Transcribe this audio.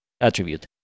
Attribute